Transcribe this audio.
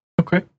Okay